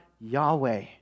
Yahweh